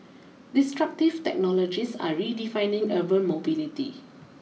disruptive technologies are redefining urban mobility